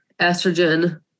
estrogen